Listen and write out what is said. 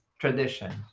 tradition